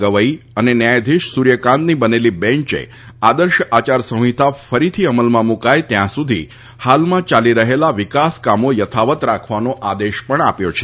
ગવઈ અને ન્યાયાધીશ સૂર્યકાંતની બનેલી બેન્ચે આદર્શ આચારસંહિતા ફરીથી અમલમાં મૂકાય ત્યાં સુધી હાલમાં ચાલી રહેલા વિકાસકામો યથાવત રાખવાનો આદેશ આપ્યો છે